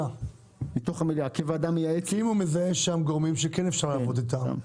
אם הוא מזהה שם גורמים שכן אפשר לעבוד איתם.